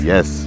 Yes